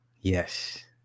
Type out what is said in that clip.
Yes